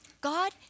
God